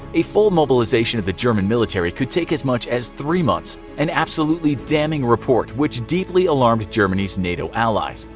a full mobilization of the german military could take as much as three months, an absolutely damning report which deeply alarmed germany's nato allies.